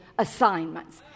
assignments